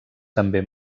també